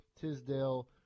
Tisdale